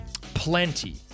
Plenty